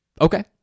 Okay